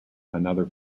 former